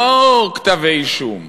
לא כתבי-אישום,